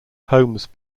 holmes